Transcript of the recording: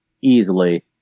easily